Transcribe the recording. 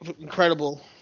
incredible